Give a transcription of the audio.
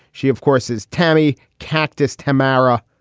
she, of course, is tammy cactus. tamara.